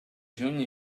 juny